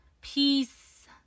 peace